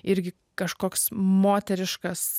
irgi kažkoks moteriškas